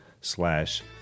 slash